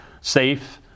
safe